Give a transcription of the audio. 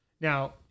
Now